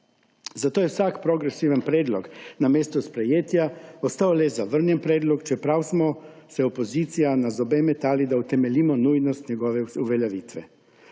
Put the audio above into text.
Zato je vsak progresiven predlog namesto sprejetja postal le zavrnjen predlog, čeprav smo se v opoziciji na zobe metali, da utemeljimo nujnost njegove uveljavitve.